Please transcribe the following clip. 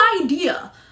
idea